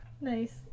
Nice